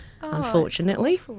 unfortunately